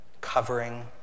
covering